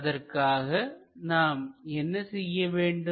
அதற்காக நாம் என்ன செய்ய வேண்டும்